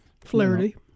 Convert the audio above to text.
Flaherty